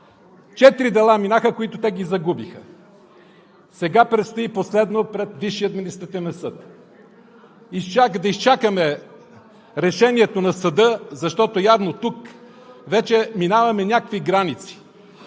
Четири дела минаха, които те загубиха. Сега предстои последното пред Висшия административен съд – да изчакаме решението на съда, защото явно тук вече минаваме някакви граници.